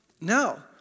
No